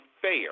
fair